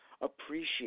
appreciate